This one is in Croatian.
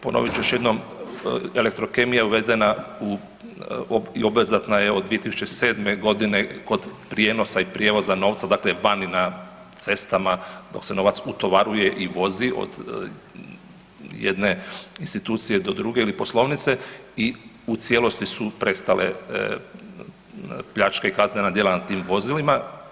Ponovit ću još jednom, elektrokemija je uvedena i obvezatna je od 2007. godine kod prijenosa i prijevoza novca, dakle vani na cestama dok se novac utovaruje i vozi od jedne institucije do druge ili poslovnice i u cijelosti su prestale pljačke i kaznena djela na tim vozilima.